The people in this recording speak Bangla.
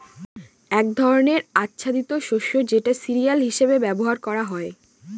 এক ধরনের আচ্ছাদিত শস্য যেটা সিরিয়াল হিসেবে ব্যবহার করা হয়